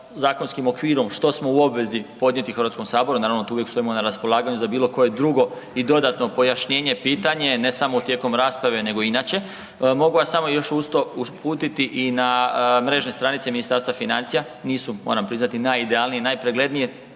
zakonskim okvirom, što smo u obvezi podnijeti Hrvatskom saboru, naravno, tu uvijek stojimo na raspolaganju za bilo koje drugo i dodatno pojašnjenje, pitanje, ne samo tijekom rasprave nego i inače. Mogu vas samo još uz to uputiti i na mrežne stranice Ministarstva financija. Nisu, moram priznati najidealnije i najpreglednije,